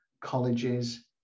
colleges